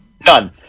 none